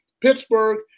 Pittsburgh